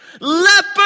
leper